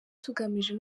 tugamije